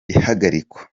ihagarikwa